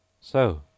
So